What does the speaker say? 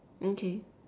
okay